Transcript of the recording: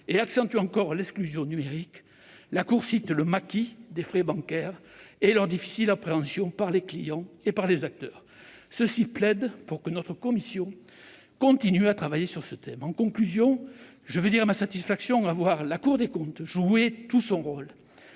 et accentuent encore l'exclusion numérique, la Cour cite le « maquis » des frais bancaires et leur difficile appréhension par les clients et par les acteurs. Cette situation plaide pour que notre commission continue à travailler sur ce thème. En conclusion, je veux dire ma satisfaction de voir la Cour des comptes jouer tout son rôle